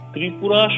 Tripura